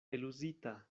eluzita